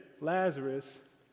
Lazarus